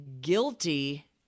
guilty